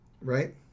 right